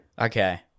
Okay